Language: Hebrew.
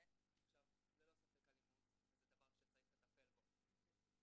זה נחשב ללא ספק אלימות וזה דבר שצריך לטפל בו.